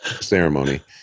ceremony